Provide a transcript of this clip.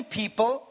people